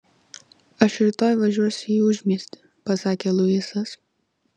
aš rytoj važiuosiu į užmiestį pasakė luisas